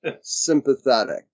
sympathetic